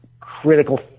critical